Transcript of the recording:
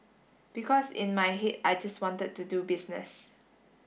because in my head I just wanted to do business